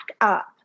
up